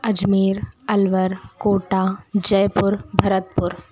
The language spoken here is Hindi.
अजमेर अलवर कोटा जयपुर भरतपुर